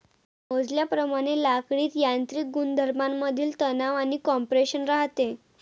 मोजल्याप्रमाणे लाकडीत यांत्रिक गुणधर्मांमधील तणाव आणि कॉम्प्रेशन राहते